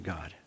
God